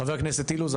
חבר הכנסת אילוז.